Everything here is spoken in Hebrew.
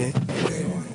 שום צורך להאריך את ההוראה.